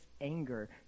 anger